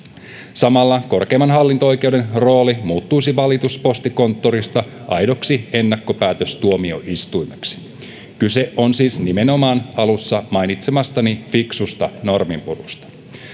samalla korkeimman hallinto oikeuden rooli muuttuisi valituspostikonttorista aidoksi ennakkopäätöstuomioistuimeksi kyse on siis nimenomaan alussa mainitsemastani fiksusta norminpurusta